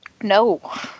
no